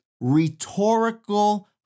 rhetorical